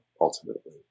ultimately